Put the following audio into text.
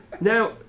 Now